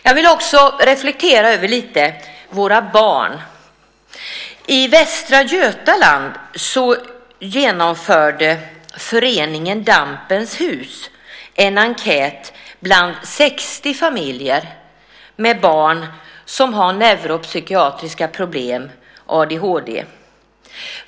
Jag vill också reflektera lite över våra barn. I Västra Götaland genomförde föreningen Dampens hus en enkät bland 60 familjer med barn som har neuropsykiatriska problem, adhd.